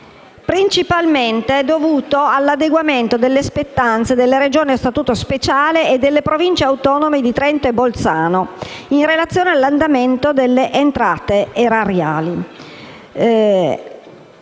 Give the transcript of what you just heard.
principalmente all'adeguamento delle spettanze delle Regioni a Statuto speciale e delle Province autonome di Trento e Bolzano, in relazione all'andamento delle entrate erariali.